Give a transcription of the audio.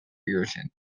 irritant